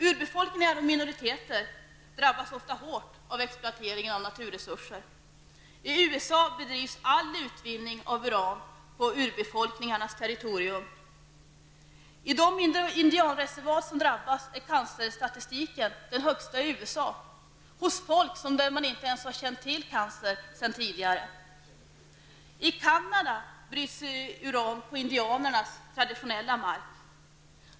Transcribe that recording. Urbefolkningar och minoriteter drabbas ofta hårt av exploateringen av naturresurser. I USA bedrivs all utvinning av uran på urbefolkningarnas territorium. I de indianreservat som drabbas är cancerstatistiken den högsta i USA, hos folk där man inte känner till cancer sedan tidigare. I Kanada bryts uran på indianernas traditionella mark.